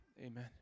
Amen